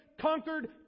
conquered